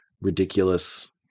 ridiculous